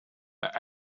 but